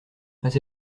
pas